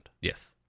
Yes